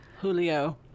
Julio